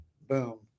boom